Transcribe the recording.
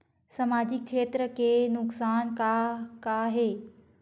सामाजिक क्षेत्र के नुकसान का का हे?